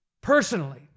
personally